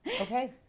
Okay